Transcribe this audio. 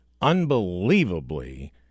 unbelievably